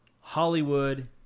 hollywood